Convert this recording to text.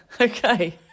okay